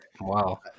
Wow